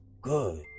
good